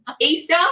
easter